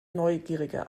neugierige